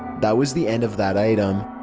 that was the end of that item.